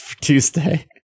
tuesday